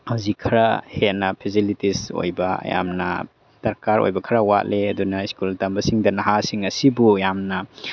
ꯍꯧꯖꯤꯛ ꯈꯔ ꯍꯦꯟꯅ ꯐꯦꯁꯤꯂꯤꯇꯤꯖ ꯑꯣꯏꯕ ꯌꯥꯝꯅ ꯗꯔꯀꯥꯔ ꯑꯣꯏꯕ ꯈꯔ ꯋꯥꯠꯂꯦ ꯑꯗꯨꯅ ꯁ꯭ꯀꯨꯜ ꯇꯝꯕꯁꯤꯡꯗ ꯅꯍꯥꯁꯤꯡ ꯑꯁꯤꯕꯨ ꯌꯥꯝꯅ